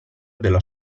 della